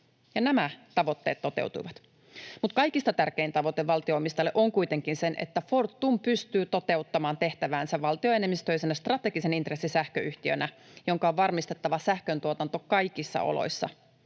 nämä tavoitteet toteutuivat. Mutta kaikista tärkein tavoite valtio-omistajalle on kuitenkin se, että Fortum pystyy toteuttamaan tehtäväänsä valtioenemmistöisenä strategisen intressin sähköyhtiönä, jonka on varmistettava sähköntuotanto kaikissa oloissa.